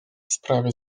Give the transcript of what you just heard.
sprawie